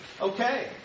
okay